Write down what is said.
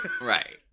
Right